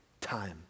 Time